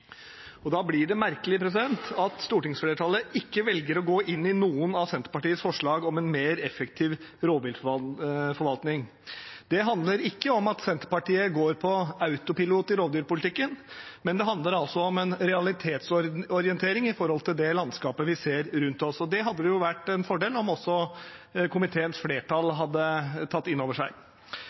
fast. Da blir det merkelig at stortingsflertallet ikke velger å gå inn i noen av Senterpartiets forslag om en mer effektiv rovviltforvaltning. Det handler ikke om at Senterpartiet går på autopilot i rovdyrpolitikken, det handler om en realitetsorientering til det landskapet vi ser rundt oss. Det hadde det vært en fordel om også komiteens flertall hadde tatt inn over seg.